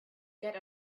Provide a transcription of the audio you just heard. get